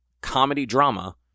comedy-drama